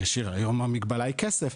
היום המגבלה היא כסף.